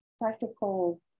practical